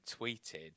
tweeted